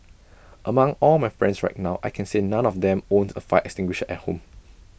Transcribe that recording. among all my friends right now I can say none of them owns A fire extinguisher at home